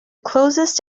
closest